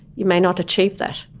you may not achieve that.